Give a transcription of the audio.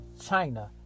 China